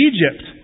Egypt